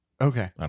Okay